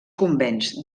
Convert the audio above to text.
convents